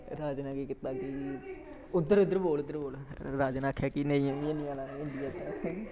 राजा ने केह् कीता कि उद्धर उद्धर बोल उद्धर बोल राजा ने आखेआ कि नेईं जाना